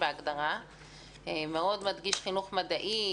בהגדרה והוא מאוד מדגיש חינוך מדעי,